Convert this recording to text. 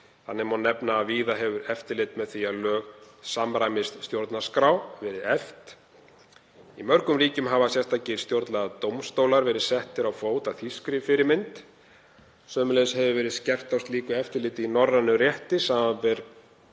Þannig má nefna að víða hefur eftirlit með því að lög samræmist stjórnarskrá verið eflt. Í mörgum ríkjum hafa sérstakir stjórnlagadómstólar verið settir á fót að þýskri fyrirmynd. Sömuleiðis hefur verið skerpt á slíku eftirliti í norrænum rétti, samanber